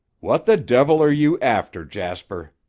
what the devil are you after, jasper?